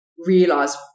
realize